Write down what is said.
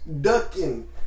ducking